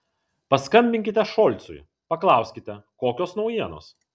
paskambinkite šolcui paklauskite kokios naujienos